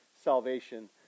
salvation